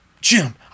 Jim